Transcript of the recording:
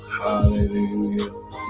Hallelujah